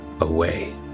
away